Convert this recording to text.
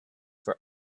for